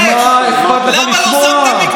מה אכפת לך לשמוע?